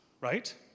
right